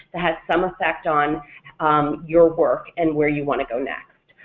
that has some effect on your work and where you want to go next?